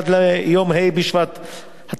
עד ליום ה' בשבט התשס"ט,